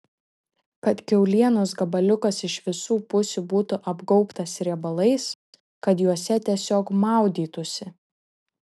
kad kiaulienos gabaliukas iš visų pusių būtų apgaubtas riebalais kad juose tiesiog maudytųsi